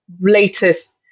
latest